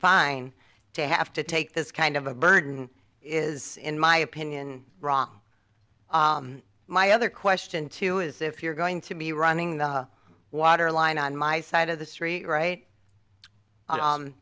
fine to have to take this kind of a burden is in my opinion wrong my other question to you is if you're going to be running the water line on my side of the street right